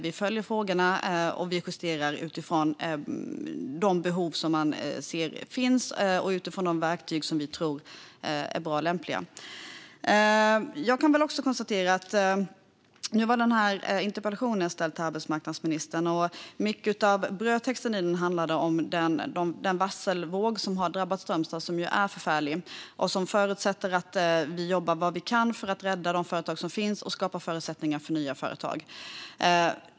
Vi följer frågorna, och vi justerar utifrån de behov man ser finns och utifrån de verktyg som vi tror är bra och lämpliga. Jag kan konstatera att interpellationen var ställd till arbetsmarknadsministern, och mycket av brödtexten i den handlar om den varselvåg som har drabbat Strömstad och som ju är förfärlig. Vi förutsätter att vi jobbar allt vad vi kan för att rädda de företag som finns och för att skapa förutsättningar för nya företag.